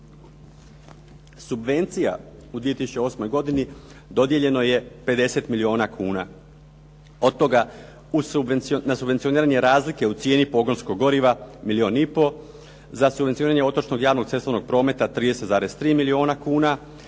Subvencija u 2008. godini dodijeljeno je 50 milijuna kuna, od toga na subvencioniranje razlike u cijeni pogonskog goriva milijun i pol, za subvencioniranje otočnog, javnog cestovnog prometa 30,3 milijuna kuna,